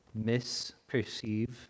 misperceive